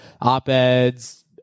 op-eds